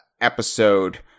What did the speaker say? episode